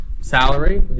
salary